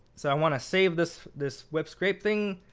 so i want to save this this web scrape thing,